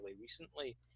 recently